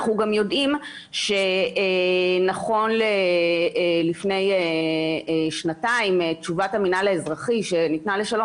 אנחנו גם יודעים שנכון ללפני שנתיים תשובת המינהל האזרחי שניתנה לשלום